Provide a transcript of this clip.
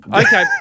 Okay